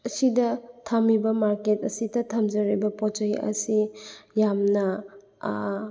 ꯑꯁꯤꯗ ꯊꯝꯃꯤꯕ ꯃꯥꯔꯀꯦꯠ ꯑꯁꯤꯗ ꯊꯝꯖꯔꯤꯕ ꯄꯣꯠ ꯆꯩ ꯑꯁꯤ ꯌꯥꯝꯅ